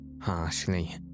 harshly